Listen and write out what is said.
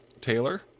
Taylor